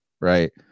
Right